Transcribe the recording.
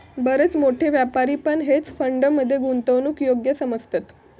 बरेच मोठे व्यापारी पण हेज फंड मध्ये गुंतवणूकीक योग्य समजतत